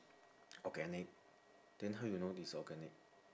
organic then how you know this organic